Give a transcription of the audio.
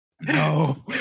No